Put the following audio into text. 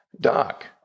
Doc